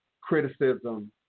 criticism